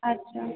আচ্ছা